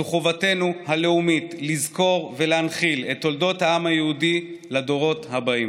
זו חובתנו הלאומית לזכור ולהנחיל את תולדות העם היהודי לדורות הבאים.